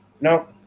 No